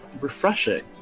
refreshing